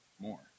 more